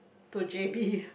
to J_B